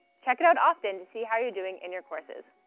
check it out often to see how you're doing in your courses.